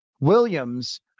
Williams